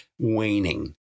waning